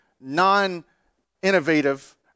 non-innovative